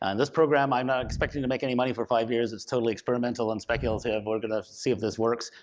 and this program, i'm not expecting to make any money for five years it's totally experimental and speculative. we're gonna see if this works.